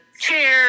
chair